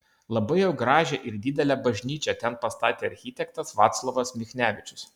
labai jau gražią ir didelę bažnyčią ten pastatė architektas vaclovas michnevičius